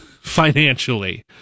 financially